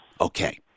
Okay